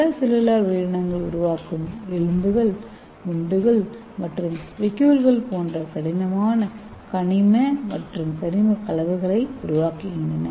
பல செல்லுலர் உயிரினங்கள் உருவாக்கும் எலும்புகள் குண்டுகள் மற்றும் ஸ்பிக்யூல்கள் போன்ற கடினமான கனிம மற்றும் கரிம கலவைகளை உருவாக்குகின்றன